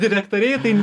direktoriai tai